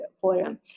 forum